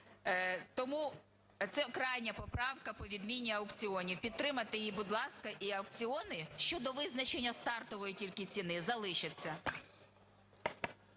Тому це крайня поправка по відміні аукціонів, підтримайте її, будь ласка, і аукціони, щодо визначення стартової тільки ціни, залишаться.